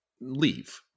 leave